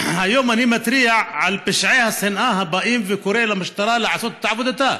היום אני מתריע על פשעי השנאה הבאים וקורא למשטרה לעשות את עבודתה.